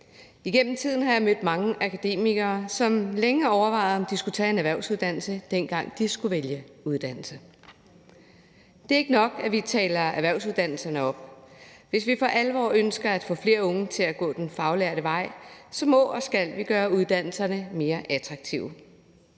Igennem tiden har jeg mødt mange akademikere, som længe overvejede, om de skulle tage en erhvervsuddannelse, dengang de skulle vælge uddannelse. Det er ikke nok, at vi taler erhvervsuddannelserne op. Hvis vi for alvor ønsker at få flere unge til at gå den faglærte vej, må og skal vi gøre uddannelserne mere attraktive.